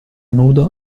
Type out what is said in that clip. nudo